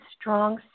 strong